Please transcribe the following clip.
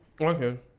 Okay